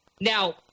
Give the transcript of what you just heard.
Now